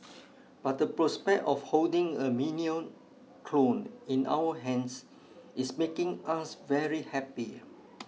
but the prospect of holding a minion clone in our hands is making us very happy